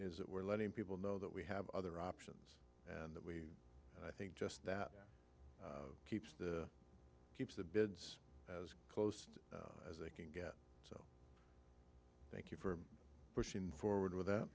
is that we're letting people know that we have other options and that we i think just that keeps the keeps the bids as close as they can get so thank you for pushing forward with